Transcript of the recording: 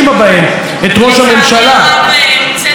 לצערי הרב, הוצאתי מהמליאה ולא יכולתי לשמוע